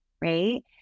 right